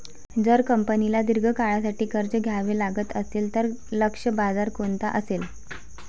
जर कंपनीला दीर्घ काळासाठी कर्ज घ्यावे लागत असेल, तर लक्ष्य बाजार कोणता असेल?